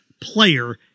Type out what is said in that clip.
player